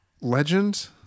Legend